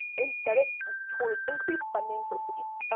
instead of towards increased funding for police?